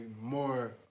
more